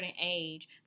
age